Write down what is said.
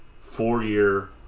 four-year